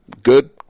good